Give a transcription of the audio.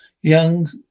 young